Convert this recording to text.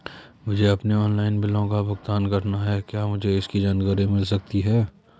मुझे अपने ऑनलाइन बिलों का भुगतान करना है क्या मुझे इसकी जानकारी मिल सकती है?